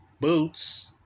boots